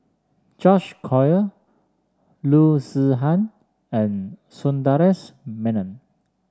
George Collyer Loo Zihan and Sundaresh Menon